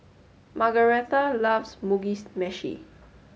Margaretha loves Mugi Meshi